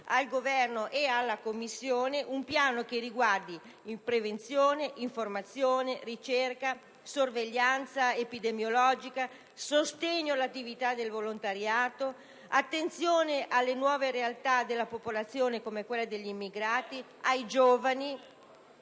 al Governo e alla Commissione per l'attuazione di un piano organico che riguardi prevenzione, informazione, ricerca, sorveglianza epidemiologica, sostegno all'attività del volontariato, attenzione alle nuove realtà della popolazione, agli immigrati, ai giovani,